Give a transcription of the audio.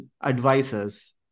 advisors